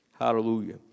hallelujah